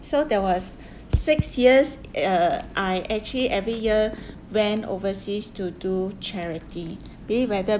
so there was six years uh I actually every year went overseas to do charity be it whether